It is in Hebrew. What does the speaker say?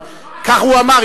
אבל כך הוא אמר.